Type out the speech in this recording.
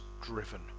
driven